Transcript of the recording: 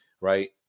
Right